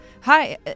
Hi